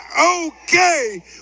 okay